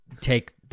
take